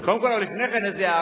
קודם כול, לפני כן הערה.